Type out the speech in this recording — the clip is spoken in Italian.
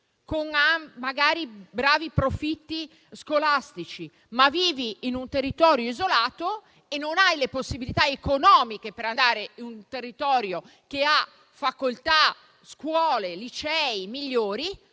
con ottimi profitti scolastici, ma vivi in un territorio isolato e non hai le possibilità economiche per andare in un territorio che ha facoltà, scuole e licei migliori,